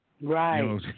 right